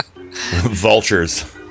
Vultures